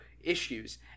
issues